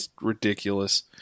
ridiculous